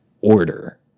order